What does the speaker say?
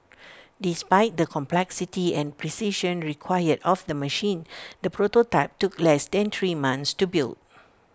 despite the complexity and precision required of the machine the prototype took less than three months to build